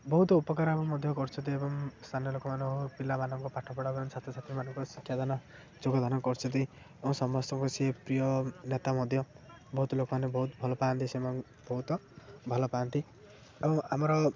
ବହୁତ ଉପକାର ମଧ୍ୟ କରିଛନ୍ତି ଏବଂ ସ୍ଥାନୀୟ ଲୋକମାନେ ହଉ ପିଲାମାନଙ୍କ ପାଠ ପଢ଼ା ଏବଂ ଛାତ୍ର ଛାତ୍ରୀମାନଙ୍କ ଶିକ୍ଷାଦାନ ଯୋଗଦାନ କରିଛନ୍ତି ଏବଂ ସମସ୍ତଙ୍କୁ ସିଏ ପ୍ରିୟ ନେତା ମଧ୍ୟ ବହୁତ ଲୋକମାନେ ବହୁତ ଭଲ ପାଆନ୍ତି ବହୁତ ଭଲ ପାଆନ୍ତି ଆଉ ଆମର